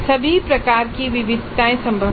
सभी प्रकार की विविधताएं संभव हैं